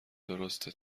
درسته